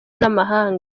n’amahanga